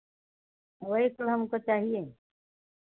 वही तो हमको चाहिए